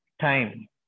time